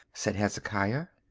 said hezekiah.